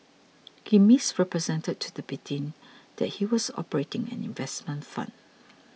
he misrepresented to the victim that he was operating an investment fund